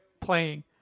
playing